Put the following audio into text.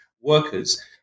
workers